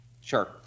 Sure